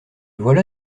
voilà